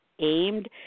Aimed